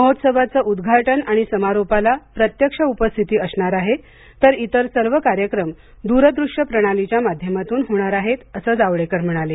महोत्सवाचं उद्घाटन आणि समारोपाला प्रत्यक्ष उपस्थिती असणार आहे तर इतर सर्व कार्यक्रम दुरदृष्यप्रणालीच्या माध्यमातून होणार आहेत असं जावडेकर म्हणाले